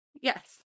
Yes